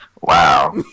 Wow